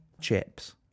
chips